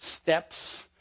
steps